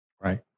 Right